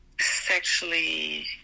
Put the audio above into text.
sexually